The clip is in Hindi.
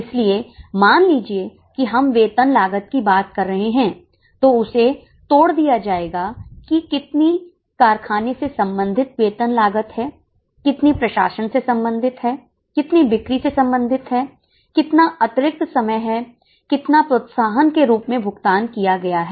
इसलिए मान लीजिए कि हम वेतन लागत की बात कर रहे हैं तो उसे तोड़ दिया जाएगा कि कितनी कारखाने से संबंधित वेतन लागत है कितनी प्रशासन से संबंधित है कितनी बिक्री से संबंधित हैं कितना अतिरिक्त समय है कितना प्रोत्साहन के रूप में भुगतान किया गया है